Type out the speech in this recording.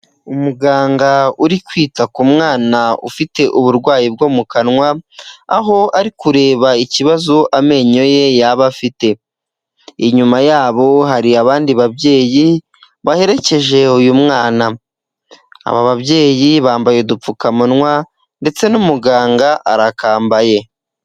Umuganga uri kwita ku mwana ufite uburwayi bwo mu kanwa aho ari kureba ikibazo amenyo ye yaba afite, inyuma yabo hari abandi babyeyi baherekeje uyu mwana, aba babyeyi bambaye udupfukamunwa ndetse n'umuganga arakambaye.